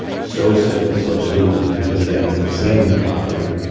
so simple, so stupid, let me just get my little sanding block here.